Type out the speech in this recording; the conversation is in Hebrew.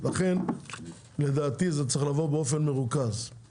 לכן, לדעתי, זה צריך לבוא באופן מרוכז.